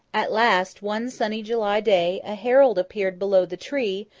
at last, one sunny july day, a herald appeared below the tree,